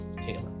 Taylor